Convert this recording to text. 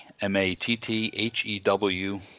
M-A-T-T-H-E-W